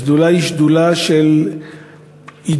השדולה היא שדולה של עידוד